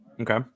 Okay